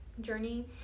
journey